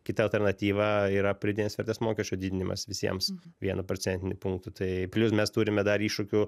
kita alternatyva yra pridėtinės vertės mokesčio didinimas visiems vienu procentiniu punktu tai plius mes turime dar iššūkių